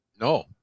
No